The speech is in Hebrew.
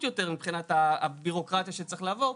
יותר מבחינת הבירוקרטיה שצריך לעבור,